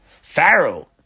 Pharaoh